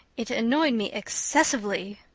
it annoyed me excessively.